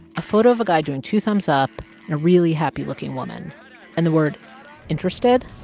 a photo of a guy doing two thumbs up and a really happy-looking woman and the word interested